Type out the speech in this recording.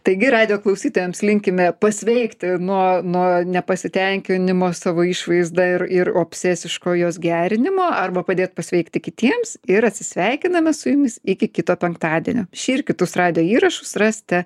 taigi radijo klausytojams linkime pasveikti nuo nuo nepasitenkinimo savo išvaizda ir ir obsesiško jos gerinimo arba padėt pasveikti kitiems ir atsisveikiname su jumis iki kito penktadienio šį ir kitus radijo įrašus rasite